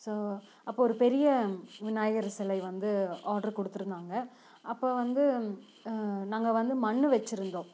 so அப்போ ஒரு பெரிய விநாயகர் சிலை வந்து ஆர்ட்ரு கொடுத்துருந்தாங்க அப்போ வந்து நாங்கள் வந்து மண்ணு வச்சுருந்தோம்